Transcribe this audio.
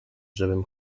żebym